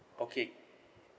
okay